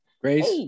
Grace